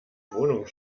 wohnung